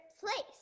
place